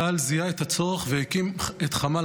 צה"ל זיהה את הצורך והקים את חמ"ל